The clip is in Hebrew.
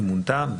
אם מונתה,